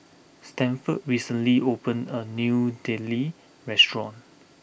Stanford recently opened a new Idili restaurant